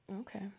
Okay